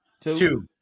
Two